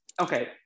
okay